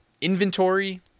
inventory